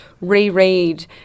reread